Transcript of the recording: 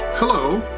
hello.